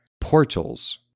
portals